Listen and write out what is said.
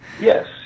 Yes